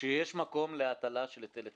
שיש מקום להטלה של היטל היצף.